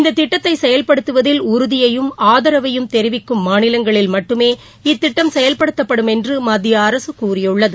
இந்த திட்டதை செயல்படுத்துவதில் உறுதியையும் ஆதரவையும் தெரிவிக்கும் மாநிலங்களில் மட்டுமே இத்திட்டம் செயல்படுத்தபடும் என்று மத்திய அரசு கூறியுள்ளது